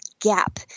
gap